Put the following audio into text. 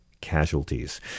casualties